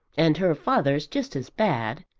and her father's just as bad.